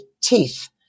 teeth